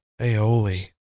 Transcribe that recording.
Aioli